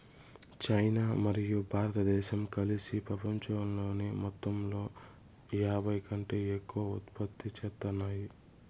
China మరియు భారతదేశం కలిసి పపంచంలోని మొత్తంలో యాభైకంటే ఎక్కువ ఉత్పత్తి చేత్తాన్నాయి